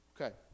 Okay